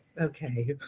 okay